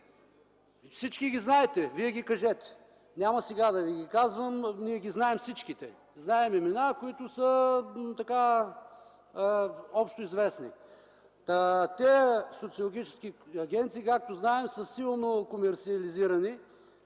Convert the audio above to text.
Всички ги знаете, вие ги кажете! Няма сега да ги казвам. Ние ги знаем всичките. Знаем имена, които са общоизвестни. Тези социологически агенции, както знаем, са силно комерсиализирани